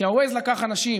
כי ה-Waze לקח אנשים